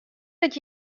dat